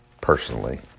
personally